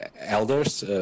elders